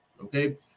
Okay